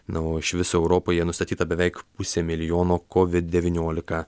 na o iš viso europoje nustatyta beveik pusė milijono covid devyniolika